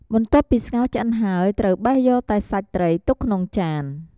បន្ទាប់ពីស្ងោរឆ្អិនហើយ ត្រូវបេះយកតែសាច់ត្រីទុកក្នុងចាន។